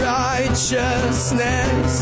righteousness